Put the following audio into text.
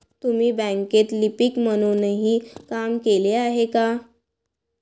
तुम्ही बँकेत लिपिक म्हणूनही काम केले आहे का?